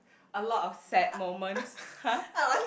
a lot of sad moments !huh!